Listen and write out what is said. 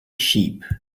sheep